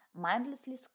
mindlessly